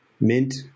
mint